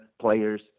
players